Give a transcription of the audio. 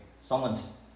someone's